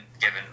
given